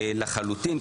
לחלוטין.